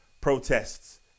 protests